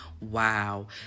Wow